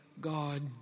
God